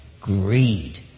Greed